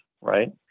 right